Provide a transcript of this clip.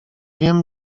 wiem